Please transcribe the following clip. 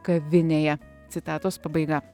kavinėje citatos pabaiga